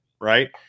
right